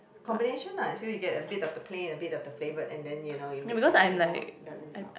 combination lah as you get a bit of the plain a bit of the flavour and then you know you mix it even more balance out